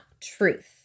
truth